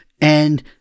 and-